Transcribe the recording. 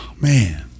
Man